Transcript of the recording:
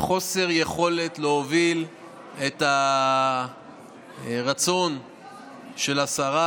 חוסר יכולת להוביל את הרצון של השרה